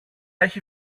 έχει